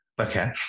Okay